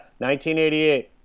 1988